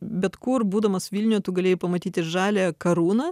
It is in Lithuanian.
bet kur būdamas vilniuje tu galėjai pamatyti žaliąją karūną